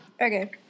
Okay